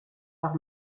par